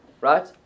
Right